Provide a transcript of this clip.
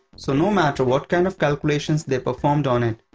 so, no matter what kind of calculation they performed on it,